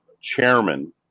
Chairman